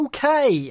Okay